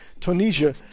Tunisia